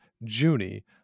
Junie